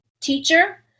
teacher